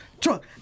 truck